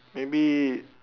maybe